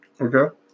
Okay